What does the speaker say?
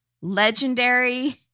legendary